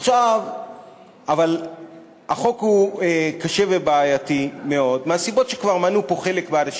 אבל החוק הוא קשה ובעייתי מאוד מהסיבות שכבר מנו פה חלק מהאנשים.